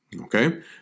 Okay